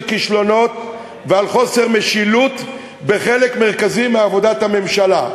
כישלונות ועל חוסר משילות בחלק מרכזי מעבודת הממשלה.